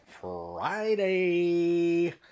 Friday